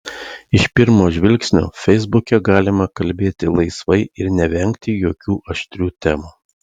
iš pirmo žvilgsnio feisbuke galima kalbėti laisvai ir nevengti jokių aštrių temų